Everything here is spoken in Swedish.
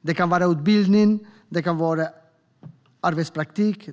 Det kan vara utbildning. Det kan vara arbetspraktik.